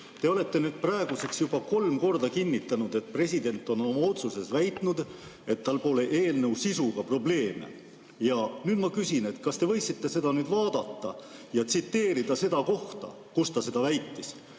Te olete nüüd praeguseks juba kolm korda kinnitanud, et president on oma otsuses väitnud, et tal pole eelnõu sisuga probleeme. Ja nüüd ma küsin, kas te võiksite seda vaadata ja tsiteerida seda kohta, kust ta seda väitis.